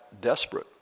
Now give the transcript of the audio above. desperate